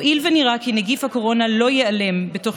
הואיל ונראה כי נגיף הקורונה לא ייעלם בתוך